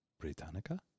Britannica